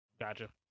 Gotcha